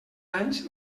anys